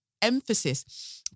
emphasis